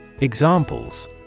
Examples